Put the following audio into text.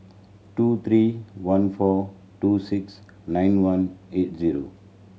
two three one four two six nine one eight zero